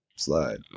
Slide